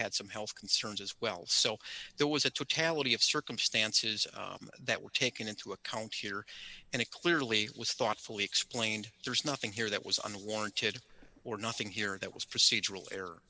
had some health concerns as well so there was a totality of circumstances that were taken into account here and it clearly was thoughtfully explained there's nothing here that was unwarranted or nothing here that was procedural